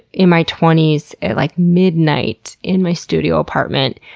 in my twenty s, at like midnight in my studio apartment,